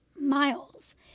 miles